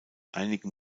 einigen